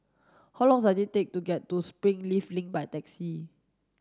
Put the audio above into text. how long does it take to get to Springleaf Link by taxi